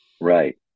right